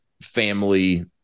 family